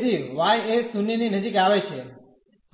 તેથી y એ 0 ની નજીક આવે છે